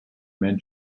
billy